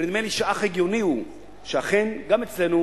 ונדמה לי שאך הגיוני הוא שאכן גם אצלנו